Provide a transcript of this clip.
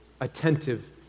attentive